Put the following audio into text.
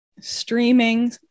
streaming